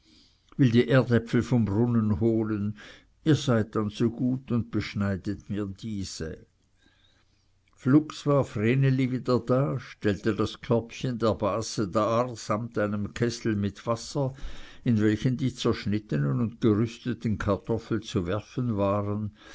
will die erdäpfel vom brunnen holen ihr seid dann so gut und beschneidet mir diese flugs war vreneli wieder da stellte das körbchen der base dar samt einem kessel mit wasser in welchen die zerschnittenen und gerösteten kartoffeln zu werfen waren